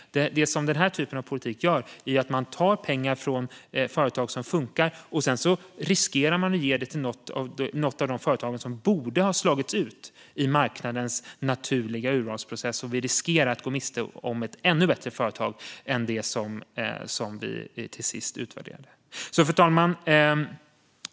Det som denna typ av politik gör är att ta pengar från företag som funkar, och sedan riskerar man att ge dem till något av de företag som borde ha slagits ut i marknadens naturliga urvalsprocess. Vi riskerar då att gå miste om ett ännu bättre företag än det som vi till sist utvärderar. Fru talman!